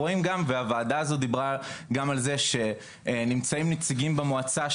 הוועדה הזאת דיברה גם על זה שנמצאים נציגים במועצה.